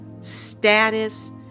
status